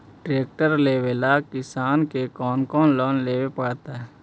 Tractor लेवेला किसान के कौन लोन लेवे पड़तई?